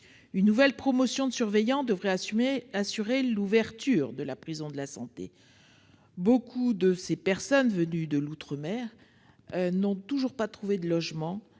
Une nouvelle promotion de surveillants devrait assurer l'ouverture de la prison de la Santé : beaucoup de ces personnes venues de l'outre-mer n'ont toujours pas trouvé de logements